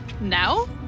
now